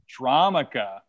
Dramica